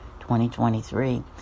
2023